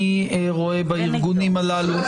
תודה